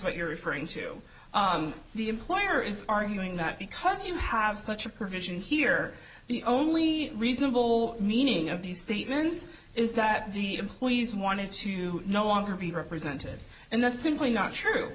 what you're referring to the employer is arguing that because you have such a provision here the only reasonable meaning of these statements is that the employees wanted to no longer be represented and that's simply not true